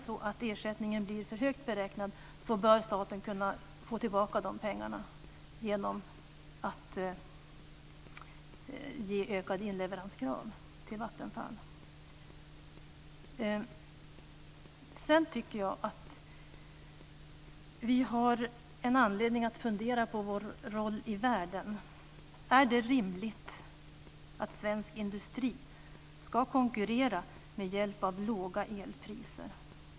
Om ersättningen blir för högt beräknad bör staten kunna få tillbaka pengarna genom att ge ökade inleveranskrav till Vattenfall. Vi har anledning att fundera över vår roll i världen. Är det rimligt att svensk industri ska konkurrera med hjälp av låga elpriser?